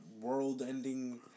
world-ending